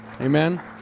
Amen